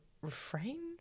refrain